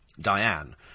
Diane